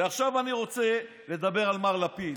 ועכשיו אני רוצה לדבר על מר לפיד.